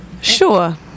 Sure